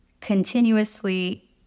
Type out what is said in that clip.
continuously